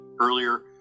earlier